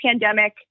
pandemic